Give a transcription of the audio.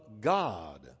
God